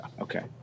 Okay